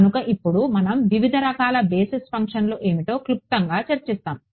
కనుక ఇప్పుడు మనం వివిధ రకాల బేసిస్ ఫంక్షన్ల ఏమిటో క్లుప్తంగా చర్చిస్తాము